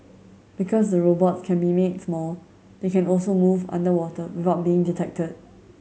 because the robots can be made small they can also move underwater without being detected